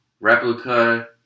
replica